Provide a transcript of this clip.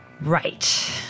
Right